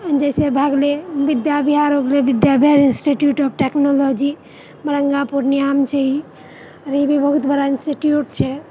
जाहिसँ भए गेलै विद्याविहार भए गेलै Vidya Vihar institute of technology Maranga पूर्णियाँमे छै ई और ई भी बहुत बड़ा इन्स्टिटिट्यूट छै